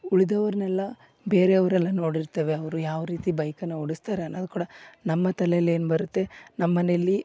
ಉಳ್ದವರನ್ನೆಲ್ಲ ಬೇರೆಯವರೆಲ್ಲ ನೋಡಿರ್ತೇವೆ ಅವರು ಯಾವ ರೀತಿ ಬೈಕನ್ನ ಓಡಿಸ್ತಾರೆ ಅನ್ನೊದು ಕೂಡ ನಮ್ಮ ತಲೆಲಿ ಏನು ಬರುತ್ತೆ ನಮ್ಮ ಮನೇಲಿ